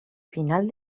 final